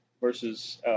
versus